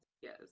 Yes